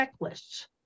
checklists